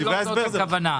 לא זו הכוונה.